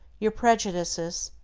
your prejudices,